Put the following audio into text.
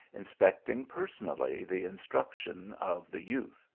inspecting personally the in struction of the youth.